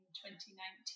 2019